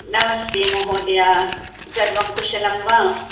नमस्ते महोदय सर्वं कुशलं वा